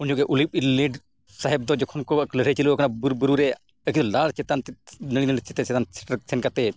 ᱩᱱ ᱡᱚᱠᱷᱚᱡ ᱥᱟᱦᱮᱵᱽ ᱫᱚ ᱡᱚᱠᱷᱚᱱ ᱠᱚ ᱞᱟᱹᱲᱦᱟᱹᱭ ᱪᱟᱹᱞᱩ ᱠᱟᱱᱟ ᱵᱤᱨᱼᱵᱩᱨᱩ ᱨᱮ ᱟᱹᱠᱷᱤᱨ ᱰᱟᱦᱟᱨ ᱪᱮᱛᱟᱱ ᱞᱟᱹᱲᱦᱟᱹᱭ ᱪᱮᱛᱟᱱ ᱥᱮᱱ ᱠᱟᱛᱮᱫ